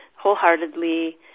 wholeheartedly